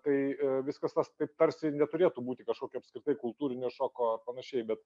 tai viskas tas taip tarsi neturėtų būti kažkokio apskritai kultūrinio šoko ar panašiai bet